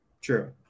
True